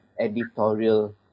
editorial